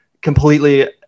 completely